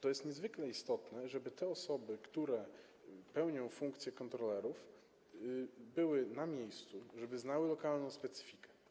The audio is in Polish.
To jest niezwykle istotne, żeby te osoby, które pełnią funkcję kontrolerów, były na miejscu, żeby znały lokalną specyfikę.